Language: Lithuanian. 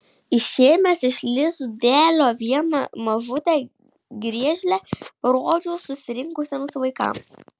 išėmęs iš lizdelio vieną mažutę griežlę parodžiau susirinkusiems vaikams